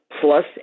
plus